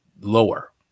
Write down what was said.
lower